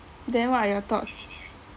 then what are your thoughts